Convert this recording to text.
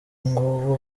ngubu